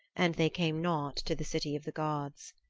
and they came not to the city of the gods.